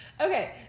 Okay